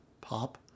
pop